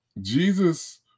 Jesus